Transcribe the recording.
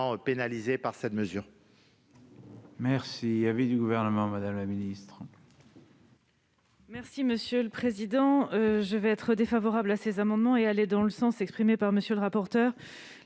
pénalisés par cette mesure.